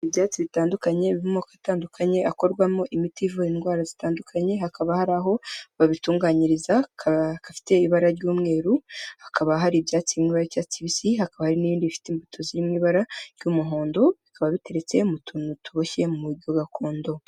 Ibyatsi bitandukanye bimo moko atandukanye akorwamo imiti ivura indwara zitandukanye hakaba hari aho babitunganyiriza, hari agafite ibara ry'umweru hakaba hari ibyatsi miri mu ibara ry'icyatsi kibisi hakaba hari n'indi ifite imbuto zirimo ibara ry'umuhondo bikaba biteretse mu tuntu tuboshyeye mu muryo gakondo.